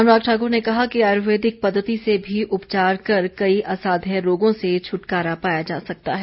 अनुराग ठाकुर ने कहा कि आयुर्वेदिक पद्धति से भी उपचार कर कई असाध्य रोगों से छुटकारा पाया जा सकता है